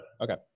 Okay